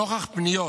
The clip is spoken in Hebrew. נוכח פניות